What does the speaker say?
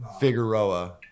figueroa